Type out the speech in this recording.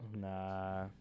Nah